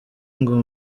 ngo